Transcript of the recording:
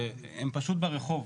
שהם פשוט ברחוב.